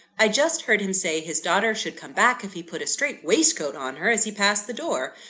i just heard him say his daughter should come back, if he put a straight waistcoat on her, as he passed the door.